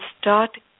start